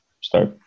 start